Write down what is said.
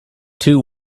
two